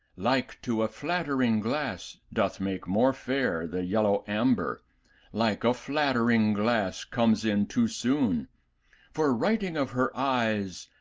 like to a flattering glass, doth make more fair the yellow amber like a flattering glass comes in too soon for, writing of her eyes,